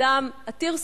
אדם עתיר זכויות,